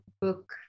book